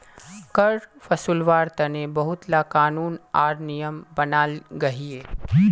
कर वासूल्वार तने बहुत ला क़ानून आर नियम बनाल गहिये